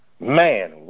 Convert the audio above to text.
Man